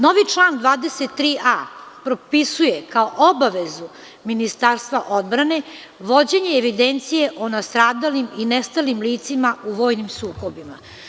Novi član 23a. propisuje kao obavezu Ministarstva odbrane vođenje evidencije o nastradalim i nestalim licima u vojnim sukobima.